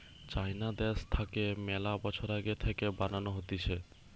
চাইনা দ্যাশ থাকে মেলা বছর আগে থাকে বানানো হতিছে